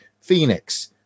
Phoenix